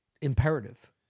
imperative